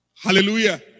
Hallelujah